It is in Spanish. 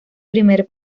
primer